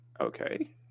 Okay